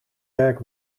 werk